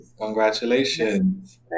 congratulations